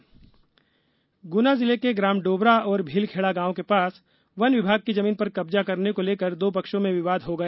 जमीन विवाद ग्ना जिले के ग्राम डोबरा और भीलखेड़ा गांव के पास वन विभाग की जमीन पर कब्जा करने को लेकर दो पक्षों में विवाद हो गया